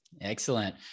Excellent